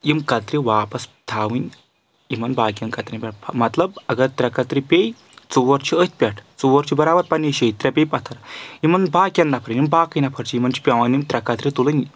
یِم کَترِ واپَس تھاوٕنۍ یِمَن باقیَن کترین پؠٹھ مطلب اگر ترٛےٚ کترٕ پیٚیہِ ژور چھِ أتھۍ پؠٹھ ژور چھِ برابر پننہِ شٮ۪یہِ ترٛےٚ پیٚیہِ پتھر یِمن باقین نفرٕ یِم باقٕے نفر چھِ یِمن چھِ پؠوان یِم ترٛےٚ کَترِ تُلٕنۍ